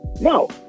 No